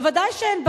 ודאי שאין בעיה,